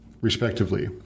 respectively